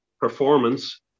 performance